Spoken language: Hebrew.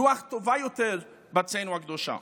רוח טובה יותר, בארצנו הקדושה.